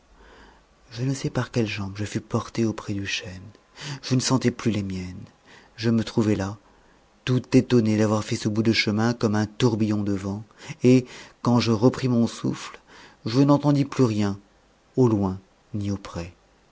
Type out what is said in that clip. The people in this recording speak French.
je ne sais par quelles jambes je fus porté auprès du chêne je ne sentais plus les miennes je me trouvai là tout étonné d'avoir fait ce bout de chemin comme un tourbillon de vent et quand je repris mon souffle je n'entendis plus rien au loin ni auprès